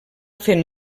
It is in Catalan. fent